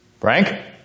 Frank